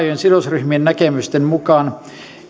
ja laajojen sidosryhmien näkemysten mukaan